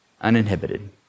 uninhibited